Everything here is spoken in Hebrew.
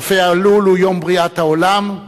כ"ה באלול הוא יום בריאת העולם,